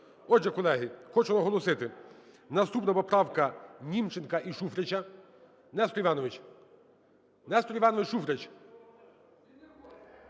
Отже, колеги, хочу оголосити. Наступна поправка -Німченка і Шуфрича. Нестор Іванович! Нестор Іванович Шуфрич,